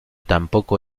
tampoco